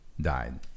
died